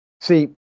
See